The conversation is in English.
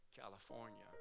California